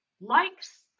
likes